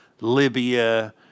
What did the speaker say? Libya